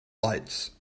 lights